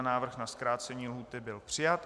Návrh na zkrácení lhůty byl přijat.